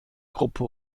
gruppe